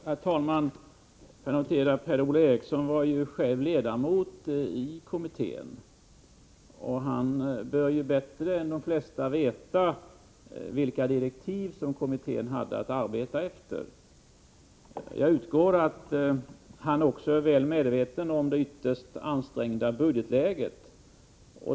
Herr talman! Jag kan notera att Per-Ola Eriksson själv var ledamot i kommittén. Han bör bättre än de flesta veta vilka direktiv som kommittén hade att arbeta efter. Jag utgår ifrån att han också är väl medveten om det ytterst ansträngda budgetläget.